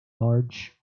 large